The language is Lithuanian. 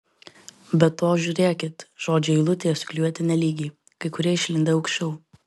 be to žiūrėkit žodžiai eilutėje suklijuoti nelygiai kai kurie išlindę aukščiau